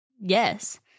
Yes